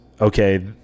okay